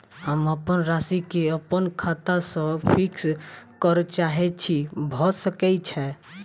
हम अप्पन राशि केँ अप्पन खाता सँ फिक्स करऽ चाहै छी भऽ सकै छै?